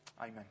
Amen